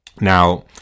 Now